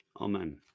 amen